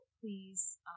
please